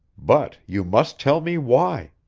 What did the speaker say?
but you must tell me why.